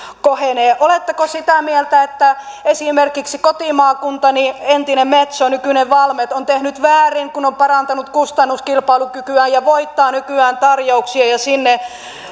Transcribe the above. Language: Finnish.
kohenee oletteko sitä mieltä että esimerkiksi kotimaakunnassani entinen metso nykyinen valmet on tehnyt väärin kun on parantanut kustannuskilpailukykyään ja voittaa nykyään tarjouksia ja sinne